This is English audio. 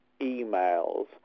emails